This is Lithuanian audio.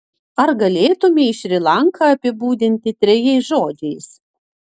ar galėtumei šri lanką apibūdinti trejais žodžiais